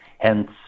Hence